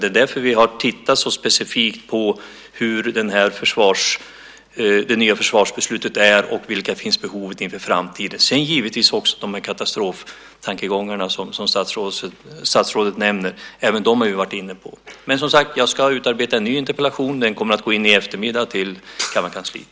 Det är därför vi har tittat så specifikt på hur det nya försvarsbeslutet är och vilket behovet inför framtiden är, givetvis också på de katastroftankegångar som statsrådet nämner. Även dem har vi varit inne på. Men, som sagt, jag ska utarbeta en ny interpellation. Den kommer att lämnas in i eftermiddag till kammarkansliet.